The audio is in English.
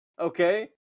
okay